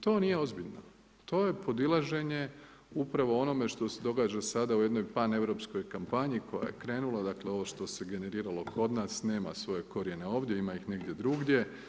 To nije ozbiljno, to je podilaženje, upravo onome što se događa sada u jednoj … kampanji, koja je krenula, dakle, ovo što se je generiralo kod nas, nema svoje korijene ovdje, ima ih negdje drugdje.